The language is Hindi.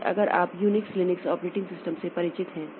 जैसे अगर आप यूनिक्स लिनक्स ऑपरेटिंग सिस्टम से परिचित हैं